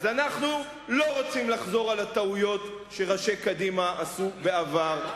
אז אנחנו לא רוצים לחזור על הטעויות שראשי קדימה עשו בעבר.